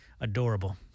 Adorable